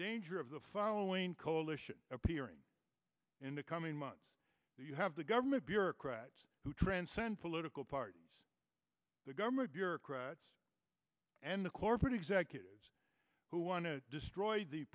danger of the following coalition appearing in the coming months you have the government bureaucrats who transcend political parties the government bureaucrats and the corporate executives who want to destroy the